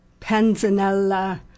panzanella